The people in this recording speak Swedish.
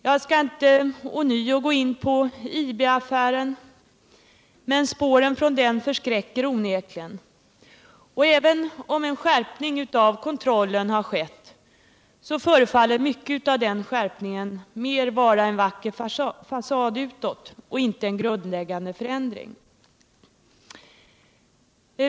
Jag skall inte ånyo gå in på IB-affären, men spåren från den förskräcker onekligen, och även om en skärpning av kontrollen har skett, så förefaller mycket av denna skärpning mer vara en vacker fasad utåt och inte en grundläggande förändring.